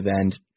end